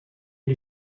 ele